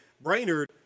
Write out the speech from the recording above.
Brainerd –